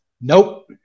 Nope